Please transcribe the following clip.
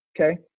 Okay